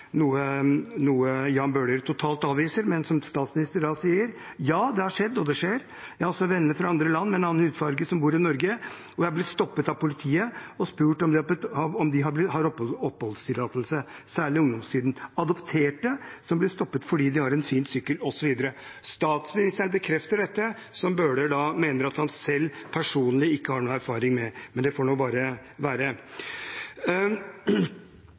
Jan Bøhler totalt avviser, men statsministeren sa altså: «Ja, det har skjedd og skjer. Jeg har også venner fra andre land med en annen hudfarge, som bor i Norge og er blitt stoppet av politiet og spurt om de har oppholdstillatelse. Særlig i ungdomstiden. Adopterte som blir stoppet fordi de har en fin sykkel», osv. Statsministeren bekrefter det som Bøhler mener at han selv personlig ikke har noen erfaring med, men det får nå bare være.